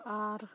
ᱟᱨ